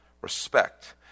Respect